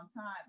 time